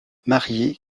marié